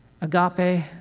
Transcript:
Agape